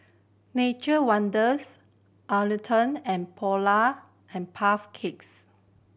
Nature Wonders Atherton and Polar and Puff Cakes